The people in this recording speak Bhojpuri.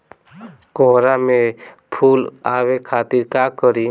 कोहड़ा में फुल आवे खातिर का करी?